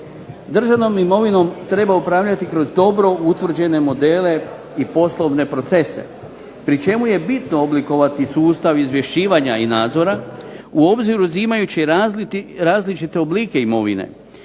Državnom imovinom treba upravljati kroz dobro utvrđene modele i poslovne procese, pri čemu je bitno oblikovati sustav izvješćivanja i nadzora, u obzir uzimajući različite oblike imovine,